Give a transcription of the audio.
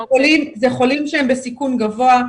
זה חולים שהם בסיכון גבוה.